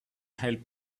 help